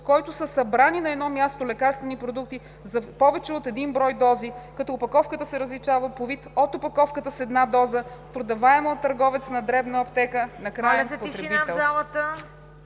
в който са събрани на едно място лекарствени продукти с повече от един брой дози, като опаковката се различава по вид от опаковката с една доза, продаваема от търговец на дребно (аптека) на краен потребител;